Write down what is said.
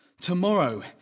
Tomorrow